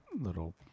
little